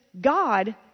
God